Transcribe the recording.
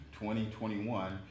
2021